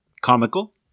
comical